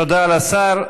תודה לשר.